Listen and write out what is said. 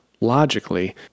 logically